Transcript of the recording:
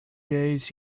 days